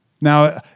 Now